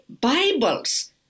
Bibles